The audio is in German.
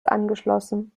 angeschlossen